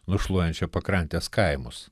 nušluojančia pakrantės kaimus